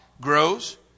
grows